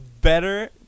Better